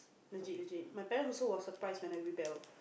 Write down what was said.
legit legit my parents also was surprised when I rebel